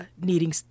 needing